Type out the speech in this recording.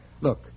Look